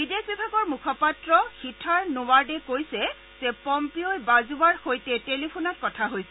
বিদেশ বিভাগৰ মুখপাত্ৰ হিথাৰ নোৱাৰ্ডে কৈছে যে পম্পীঅই বাজৱাৰ সৈতে টেলিফোনত কথা হৈছে